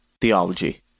Theology